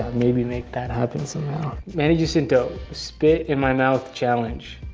maybe make that happen somehow. manny jacinto spit in my mouth challenge.